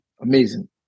amazing